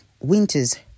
Winters